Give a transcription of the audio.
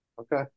Okay